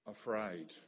afraid